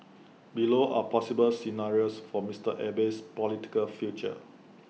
below are possible scenarios for Mister Abe's political future